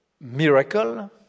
miracle